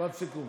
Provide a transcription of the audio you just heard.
משפט סיכום.